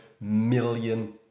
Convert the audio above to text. million